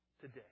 Today